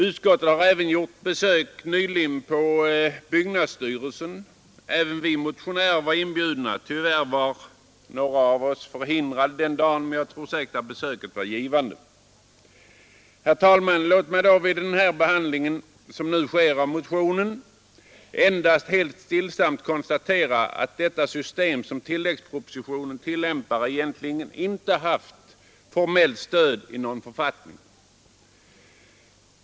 Nyligen har utskottet också besökt byggnadsstyrelsen, varvid även vi motionärer var inbjudna. Tyvärr var några av oss förhindrade den dagen, men jag tror säkert att besöket var givande. Herr talman! Låt mig då vid den behandling som nu sker av motionen endast helt stillsamt konstatera att det system som tillämpats i tilläggspropositionen egentligen inte haft formellt stöd i någon författning.